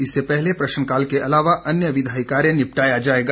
इससे पहले प्रश्नकाल के अलावा अन्य विधायी कार्य निपटाया जाएगा